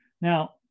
now